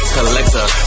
Collector